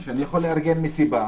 אני יכול לארגן מסיבה